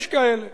יש כאלה